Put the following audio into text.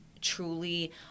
truly